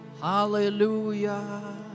Hallelujah